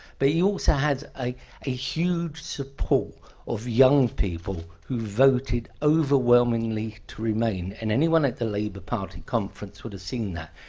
but he also has a a huge support of young people who voted overwhelmingly to remain, and anyone at the labor party conference would have seen that.